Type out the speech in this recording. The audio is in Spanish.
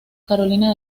carolina